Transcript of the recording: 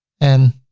and